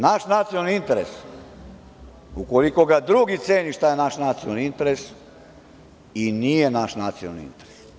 Naš nacionalni interes, ukoliko ga drugi ceni šta je naš nacionalni interes, i nije naš nacionalni interes.